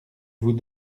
vous